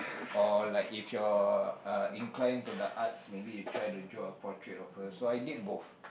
or like if your uh inclined to the arts maybe you try to draw a portrait of her so I did both